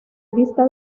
lista